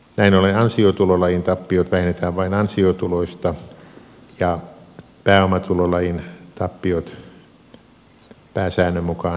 näin ollen ansiotulolajin tappiot vähennetään vain ansiotuloista ja pääomatulolajin tappiot pääsäännön mukaan pääomatuloista